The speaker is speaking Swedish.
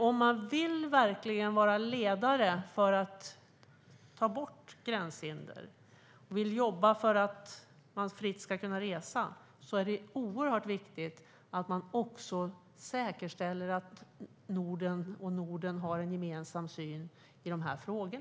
Om man verkligen vill vara ledare i arbetet för att ta bort gränshinder och jobba för att människor ska kunna resa fritt är det oerhört viktigt att man också säkerställer att Norden har en gemensam syn i dessa frågor.